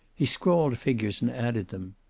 he scrawled figures and added them.